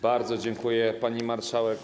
Bardzo dziękuję, pani marszałek.